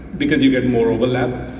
because you get more overlap.